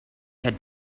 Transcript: had